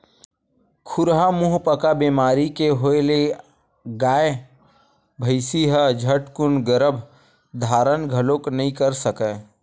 खुरहा मुहंपका बेमारी के होय ले गाय, भइसी ह झटकून गरभ धारन घलोक नइ कर सकय